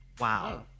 Wow